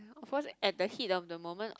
of course at the heat of the moment